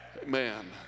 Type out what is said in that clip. Amen